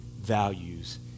values